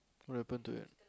what happen to it